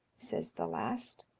says the last.